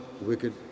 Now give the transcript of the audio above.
wicked